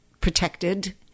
protected